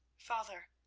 father,